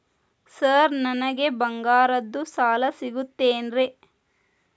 Sir ನನಗೆ ಬಂಗಾರದ್ದು ಸಾಲ ಸಿಗುತ್ತೇನ್ರೇ?